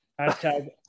Hashtag